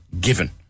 given